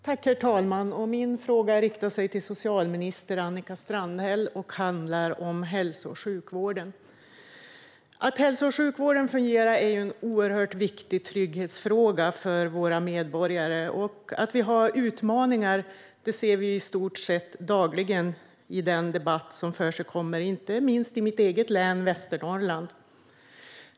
Herr talman! Min fråga riktar sig till socialminister Annika Strandhäll och handlar om hälso och sjukvården. Att hälso och sjukvården fungerar är en oerhört viktig trygghetsfråga för våra medborgare. Att vi har utmaningar ser vi i stort sett dagligen i den debatt som förekommer inte minst i mitt län, Västernorrland.